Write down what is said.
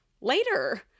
later